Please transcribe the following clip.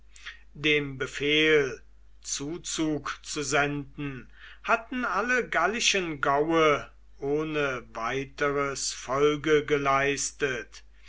dem befehl zuzug zu senden hatten alle gallischen gaue ohne weiteres folge geleistet